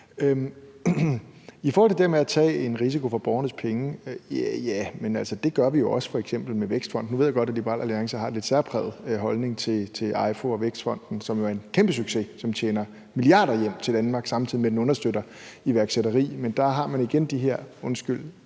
I forhold til det med at løbe en risiko for borgernes penge vil jeg sige, at det gør vi jo også f.eks. med Vækstfonden. Nu ved jeg godt, at Liberal Alliance har en lidt særpræget holdning til EIFO og Vækstfonden, som jo er en kæmpesucces, som tjener milliarder hjem til Danmark, samtidig med at den understøtter iværksætteri. Men der har man igen de her – undskyld,